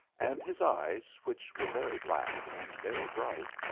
and his eyes, which were very black and very bright,